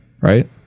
Right